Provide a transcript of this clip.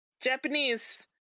Japanese